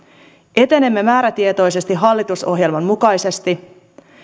etenemme määrätietoisesti hallitusohjelman mukaisesti